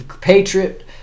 patriot